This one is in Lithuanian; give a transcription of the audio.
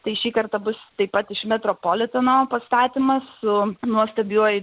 tai šį kartą bus taip pat iš metropoliteno pastatymas su nuostabiuoju